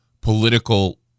political